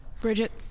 Bridget